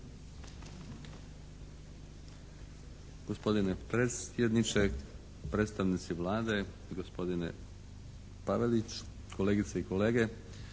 Hvala.